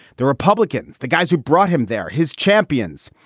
the republicans, the guys who brought him there, his champions,